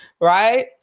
Right